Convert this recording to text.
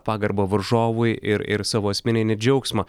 pagarbą varžovui ir ir savo asmeninį džiaugsmą